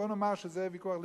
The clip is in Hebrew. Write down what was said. בוא נאמר שזה ויכוח לגיטימי.